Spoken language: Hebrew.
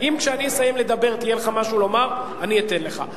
אם כשאסיים לדבר יהיה לך משהו לומר, אתן לך.